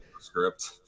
script